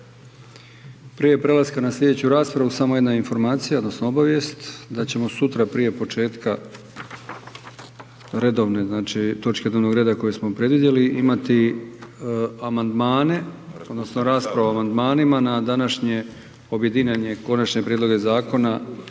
Prije prelaska na slijedeću raspravu samo jedna informacija odnosno obavijest da ćemo sutra prije početka redovne, znači točke dnevnog reda koje smo predvidjeli, imati amandmane odnosno raspravu o amandmanima na današnje objedinjene Konačne prijedloge Zakona